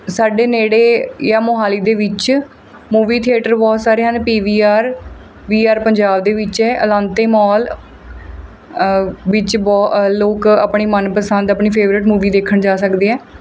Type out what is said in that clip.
ਸਾਡੇ ਨੇੜੇ ਜਾਂ ਮੋਹਾਲੀ ਦੇ ਵਿੱਚ ਮੂਵੀ ਥੀਏਟਰ ਬਹੁਤ ਸਾਰੇ ਹਨ P V R V R Punjab ਦੇ ਵਿੱਚ ਹੈ ਅਲਾਂਟੇ ਮੋਲ ਵਿੱਚ ਬਹੁ ਲੋਕ ਆਪਣੀ ਮਨਪਸੰਦ ਆਪਣੀ ਫੇਵਰਟ ਮੂਵੀ ਦੇਖਣ ਜਾ ਸਕਦੇ ਹੈ